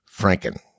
franken